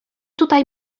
tutaj